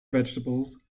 vegetables